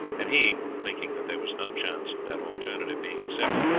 and he, thinking that there was no chance of that alternative being accepted,